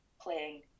playing